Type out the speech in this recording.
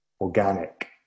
organic